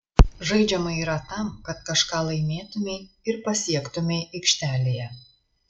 žaidžiama yra tam kad kažką laimėtumei ir pasiektumei aikštelėje